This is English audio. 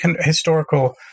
historical